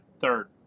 third